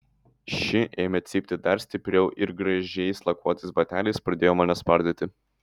ši ėmė cypti dar stipriau ir gražiais lakuotais bateliais pradėjo mane spardyti